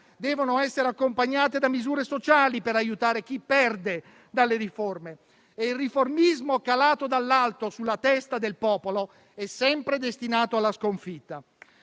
devono essere accompagnati da misure sociali per aiutare chi perde dalle riforme. Il riformismo calato dall'alto sulla testa del popolo è sempre destinato alla sconfitta